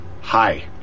hi